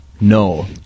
No